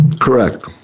Correct